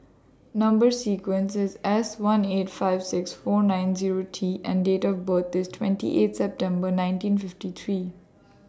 Number sequence IS S one eight five six four nine Zero T and Date of birth IS twenty eight September nineteen fifty three